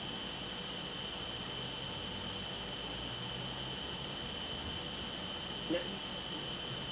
ya